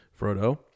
Frodo